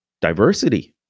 diversity